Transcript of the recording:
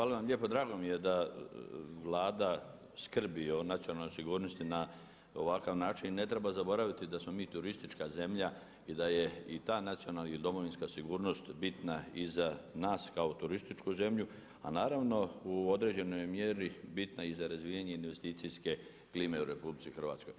Hvala vam lijepa, drago mi je da Vlada skrbi o nacionalnoj sigurnosti na ovakav način, ne treba zaboraviti da smo mi turistička zemlja i da je i ta nacionalna ili domovinska sigurnost bitna i za nas kao turističku zemlju a naravno u određenoj mjeri bitna je i za razvijanje investicijske klime u RH.